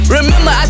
Remember